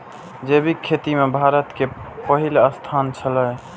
जैविक खेती में भारत के पहिल स्थान छला